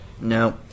No